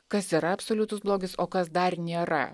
kas yra absoliutus blogis o kas dar nėra